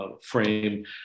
frame